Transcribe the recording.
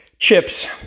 chips